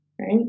right